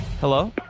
Hello